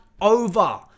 over